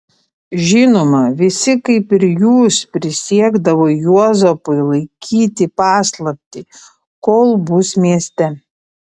žinoma visi kaip ir jūs prisiekdavo juozapui laikyti paslaptį kol bus mieste